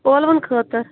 اولوَن خٲطرٕ